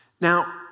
Now